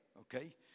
okay